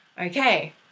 okay